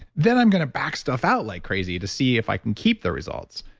then i'm going to back stuff out like crazy to see if i can keep the results.